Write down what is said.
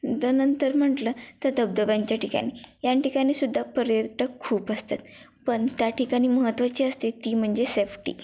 नंतर नंतर म्हटलं तर धबधब्यांच्या ठिकाणी या ठिकाणी सुद्धा पर्यटक खूप असतात पण त्या ठिकाणी महत्त्वाची असते ती म्हणजे सॅफ्टी